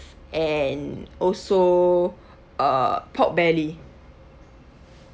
and also uh pork belly